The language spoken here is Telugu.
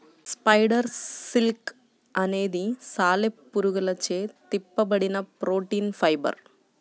స్పైడర్ సిల్క్ అనేది సాలెపురుగులచే తిప్పబడిన ప్రోటీన్ ఫైబర్